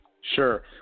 Sure